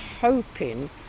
hoping